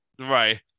Right